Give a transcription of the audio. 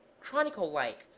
chronicle-like